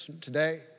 today